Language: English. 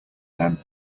them